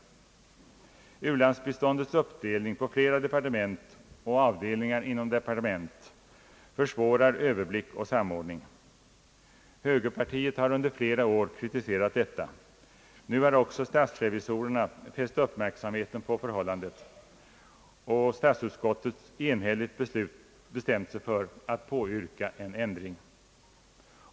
U-landsbiståndets uppdelning på flera departement och avdelningar inom departement försvårar överblick och samordning. Högerpartiet har under flera år kritiserat detta förhållande. Nu har också statsrevisorerna fäst uppmärksamheten härpå, och statsutskottet har enhälligt bestämt sig för att påyrka en ändring.